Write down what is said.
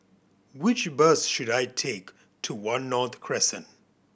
which bus should I take to One North Crescent